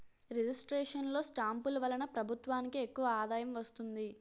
registration లో స్టాంపులు వలన ప్రభుత్వానికి ఎక్కువ ఆదాయం వస్తుంది